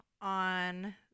on